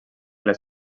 les